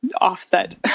offset